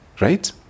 Right